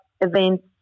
events